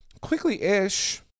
quickly-ish